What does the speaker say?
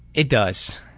it does.